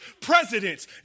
presidents